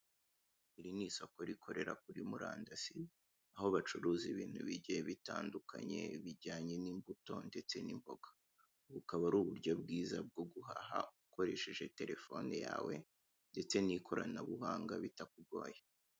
Iri ni isoko rikorera kuri murandasi, aho bacuruza ibintu bigiye bitandukanye, ibijyanye n'imbuto ndetse n'imboga. Bukaba ari uburyo bwiza bwo guhaha ukoresheje telefoni yawe ndetse n'ikoranabuhanga bitakugoye.